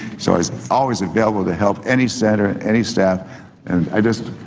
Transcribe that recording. so is always available to help any senator and any staff and i just,